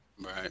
Right